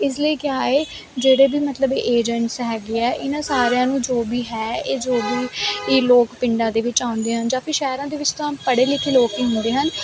ਇਸ ਲਈ ਕਿਆ ਏ ਜਿਹੜੇ ਵੀ ਮਤਲਬ ਏਜੰਟਸ ਹੈਗੇ ਆ ਇਹਨਾਂ ਸਾਰਿਆਂ ਨੂੰ ਜੋ ਵੀ ਹੈ ਇਹ ਜੋ ਵੀ ਇਹ ਲੋਕ ਪਿੰਡਾਂ ਦੇ ਵਿੱਚ ਆਉਂਦੇ ਆ ਜਾਂ ਫਿਰ ਸ਼ਹਿਰਾਂ ਦੇ ਵਿੱਚ ਤਾਂ ਪੜ੍ਹੇ ਲਿਖੇ ਲੋਕ ਹੀ ਹੁੰਦੇ ਹਨ